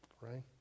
right